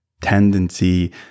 tendency